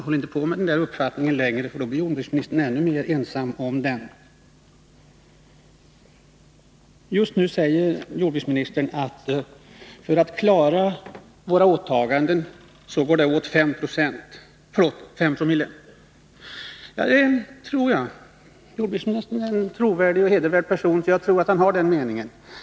För inte fram den där uppfattningen längre, för då blir jordbruksministern ännu mer ensam om den! Jordbruksministern sade att det går åt 5 Jo för att vi skall kunna klara våra åtaganden. Jag tror att jordbruksministern har den uppfattningen, han är ju en trovärdig och hedervärd person.